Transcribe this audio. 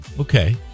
Okay